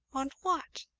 on what?